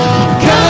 Come